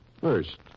first